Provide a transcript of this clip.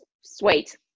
Sweet